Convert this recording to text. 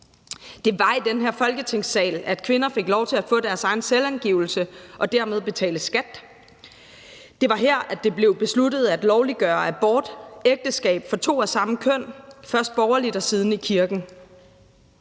at det blev besluttet, at kvinder fik lov til at få deres egen selvangivelse og dermed betale skat. Det var her, at det blev besluttet at lovliggøre abort og ægteskab mellem to af samme køn, først borgerligt og siden i kirken.